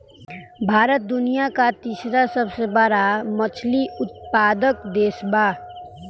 भारत दुनिया का तीसरा सबसे बड़ा मछली उत्पादक देश बा